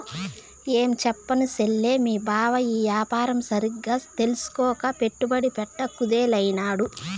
ఏంచెప్పను సెల్లే, మీ బావ ఆ యాపారం సరిగ్గా తెల్సుకోక పెట్టుబడి పెట్ట కుదేలైనాడు